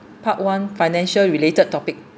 part one financial related topic